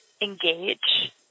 engage